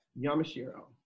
Yamashiro